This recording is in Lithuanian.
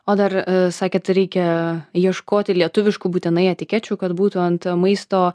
o dar sakėt reikia ieškoti lietuviškų būtinai etikečių kad būtų ant maisto